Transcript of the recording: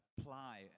apply